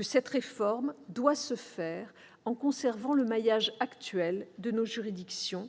cette réforme doit se faire en conservant le maillage actuel de nos juridictions,